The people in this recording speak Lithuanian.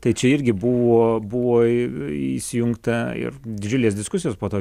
tai čia irgi buvo buvo įsijungta ir didžiulės diskusijos po to